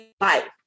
life